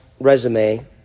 resume